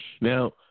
Now